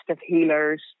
healers